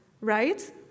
right